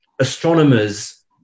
astronomers